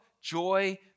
joy